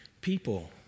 people